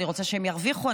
אני רוצה שהם ירוויחו,